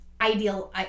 ideal